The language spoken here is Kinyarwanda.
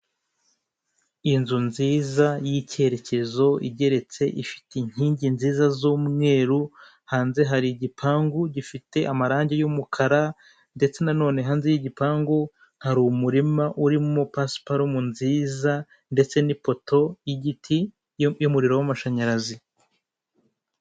Inzu ikoreramo ubucuruzi icyuma gitunganya amata, intebe ya pulasitiki ameza etageri ndende irimo abajerekani y'umweru arambitse, ikarito n'amacupa y'amazi inkongoro hejuru.